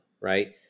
right